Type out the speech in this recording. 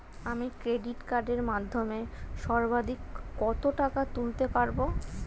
আমি ক্রেডিট কার্ডের মাধ্যমে সর্বাধিক কত টাকা তুলতে পারব?